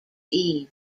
eve